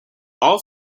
all